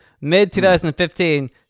mid-2015